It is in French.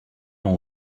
ans